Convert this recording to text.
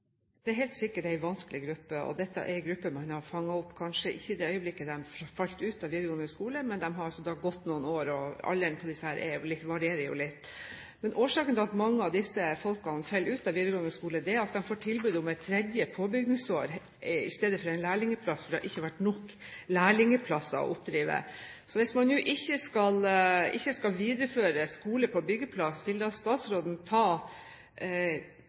er helt sikkert en vanskelig gruppe. Dette er en gruppe man har fanget opp, kanskje ikke i det øyeblikket de falt ut av videregående skole, men etter at de hadde gått der noen år. Alderen på disse varierer jo litt. Men årsaken til at mange av disse folkene faller ut av videregående skole, er at de får tilbud om et tredje påbyggingsår i stedet for en lærlingplass, fordi det ikke har vært nok lærlingplasser å oppdrive. Så hvis man nå ikke skal videreføre Skole på byggeplass, vil da statsråden ta